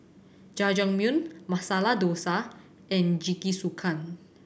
Jajangmyeon Masala Dosa and Jingisukan